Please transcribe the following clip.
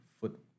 foot